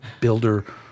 Builder